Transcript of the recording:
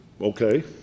Okay